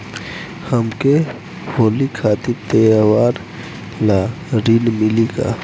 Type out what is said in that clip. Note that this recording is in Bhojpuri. हमके होली खातिर त्योहार ला ऋण मिली का?